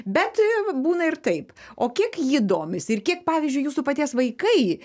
bet būna ir taip o kiek ji domisi ir kiek pavyzdžiui jūsų paties vaikai